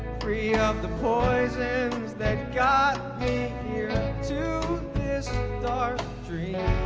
free of the poisons that got me here to this dark dream